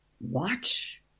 watch